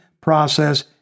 process